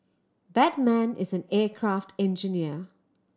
that man is an aircraft engineer